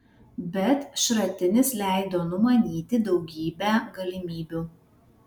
bet šratinis leido numanyti daugybę galimybių